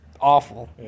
awful